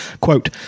quote